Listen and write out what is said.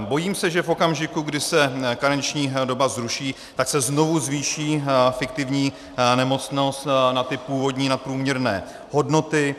Bojím se, že v okamžiku, kdy se karenční doba zruší, tak se znovu zvýší fiktivní nemocnost na původní nadprůměrné hodnoty.